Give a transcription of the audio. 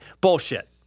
Bullshit